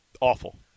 Awful